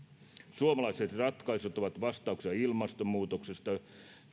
suomalaiset ratkaisut ovat vastauksia ilmastonmuutoksesta